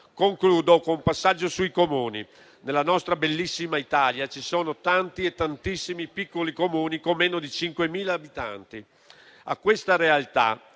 Concludo con un passaggio sui Comuni. Nella nostra bellissima Italia ci sono tantissimi piccoli Comuni con meno di 5.000 abitanti. Per questa realtà